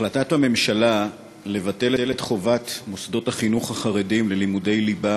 החלטת הממשלה לבטל את חובת מוסדות החינוך החרדיים ללימודי ליבה